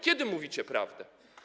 Kiedy mówicie prawdę?